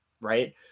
Right